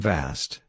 Vast